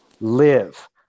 live